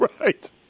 Right